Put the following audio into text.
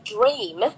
dream